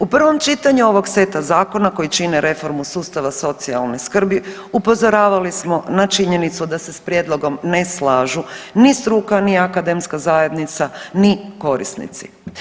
U prvom čitanju ovog seta zakona koji čine reformu sustava socijalne skrbi upozoravali smo na činjenicu da se s prijedlogom ne slažu ni struka ni akademska zajednica, ni korisnici.